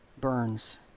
burns